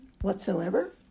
whatsoever